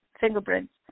fingerprints